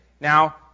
Now